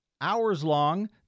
hours-long